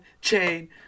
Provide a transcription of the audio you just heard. chain